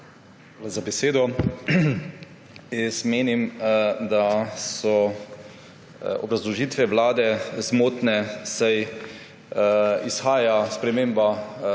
za besedo. Menim, da so obrazložitve Vlade zmotne, saj izhaja sprememba